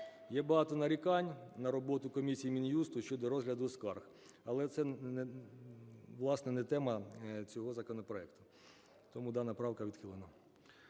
Є багато нарікань на роботу комісії Мін'юсту щодо розгляду скарг, але це, власне, не тема цього законопроекту. Тому дана правка відхилена.